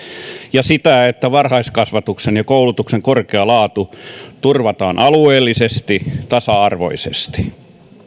ja sitä että varhaiskasvatuksen ja koulutuksen korkea laatu turvataan alueellisesti tasa arvoisesti